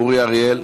אורי אריאל.